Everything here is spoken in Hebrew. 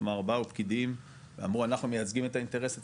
כלומר באו פקידים ואמרו אנחנו מייצגים את האינטרס הציבורי,